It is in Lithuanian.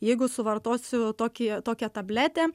jeigu suvartosiu tokį tokią tabletę